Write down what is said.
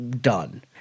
done